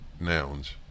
nouns